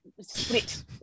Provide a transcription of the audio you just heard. split